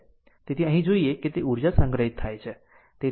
તેથી અહીં જોઈએ કે તે ઉર્જા સંગ્રહિત છે